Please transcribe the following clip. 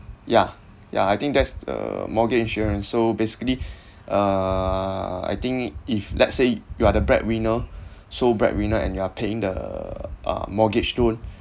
yeah yeah I think that's the mortgage insurance so basically uh I think if let's say you are the breadwinner sole breadwinner and you are paying the uh mortgage loan